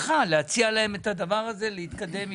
שנציע להם יחד את הדבר הזה ולהתקדם אתו.